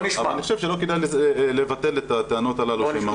אבל אני חושב שלא כדאי לבטל את הטענות הללו שהן מהותיות.